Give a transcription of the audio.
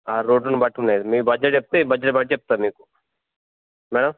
రోడ్లను బట్టున్నది మీ బడ్జెట్ చెప్తే మీ బడ్జెట్ బట్టి చెప్తా మీకు మేడం